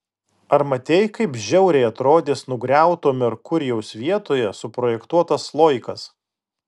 ar matei kaip žiauriai atrodys nugriauto merkurijaus vietoje suprojektuotas sloikas